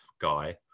guy